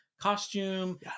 costume